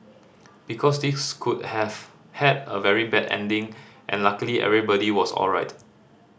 because this could have had a very bad ending and luckily everybody was alright